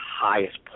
highest